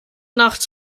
nacht